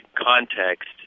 context